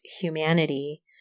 humanity